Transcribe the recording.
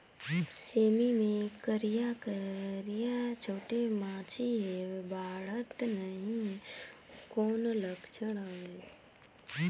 सेमी मे करिया करिया छोटे माछी हे बाढ़त नहीं हे कौन लक्षण हवय?